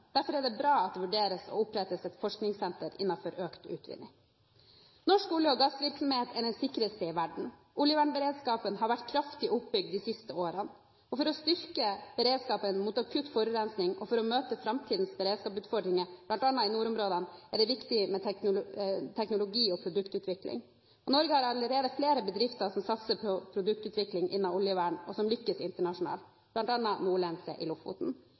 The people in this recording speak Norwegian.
Derfor er det bra at det vurderes å opprette et forskningssenter innenfor økt utvinning. Norsk olje- og gassvirksomhet er den sikreste i verden. Oljevernberedskapen har vært kraftig oppbygd de siste årene. For å styrke beredskapen mot akutt forurensning og for å møte framtidens beredskapsutfordringer, bl.a. i nordområdene, er det viktig med teknologi- og produktutvikling. Norge har allerede flere bedrifter som satser på produktutvikling innen oljevern, og som lykkes internasjonalt, bl.a. Nordlense i Lofoten.